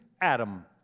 Adam